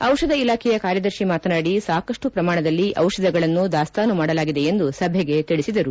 ಟಿಷಧ ಇಲಾಖೆಯ ಕಾರ್ಯದರ್ತಿ ಮಾತನಾಡಿ ಸಾಕಷ್ಟು ಶ್ರಮಾಣದಲ್ಲಿ ಚಿಷಧಗಳನ್ನು ದಾಸ್ತಾನು ಮಾಡಲಾಗಿದೆ ಎಂದು ಸಭೆಗೆ ತಿಳಿಸಿದರು